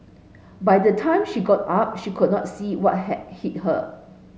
by the time she got up she could not see what had hit her